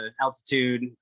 altitude